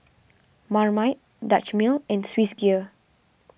Marmite Dutch Mill and Swissgear